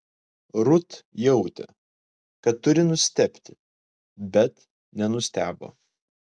rut jautė kad turi nustebti bet nenustebo